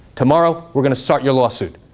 tomorrow we're going to start your lawsuit.